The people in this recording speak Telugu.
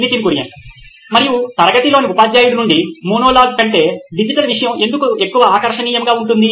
నితిన్ కురియన్ COO నోయిన్ ఎలక్ట్రానిక్స్ మరియు తరగతిలోని ఉపాధ్యాయుడి నుండి మోనోలాగ్ కంటే డిజిటల్ విషయము ఎందుకు ఎక్కువ ఆకర్షణీయంగా ఉంటుంది